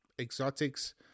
exotics